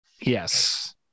Yes